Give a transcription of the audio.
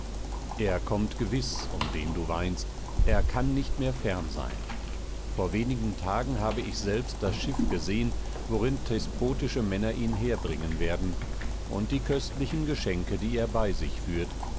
er kommt gewiß um den du weinst er kann nicht mehr fern sein vor wenigen tagen habe ich selbst das schiff gesehen worin thesprotische männer ihn herbringen werden und die köstlichen geschenke die er bei sich führt